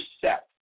set